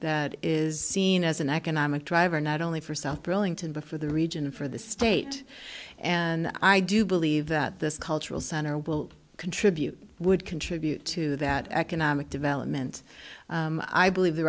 that is seen as an economic driver not only for south burlington but for the region for the state and i do believe that this cultural center will contribute would contribute to that economic development i believe the